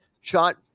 shot